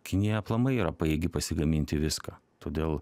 kinija aplamai yra pajėgi pasigaminti viską todėl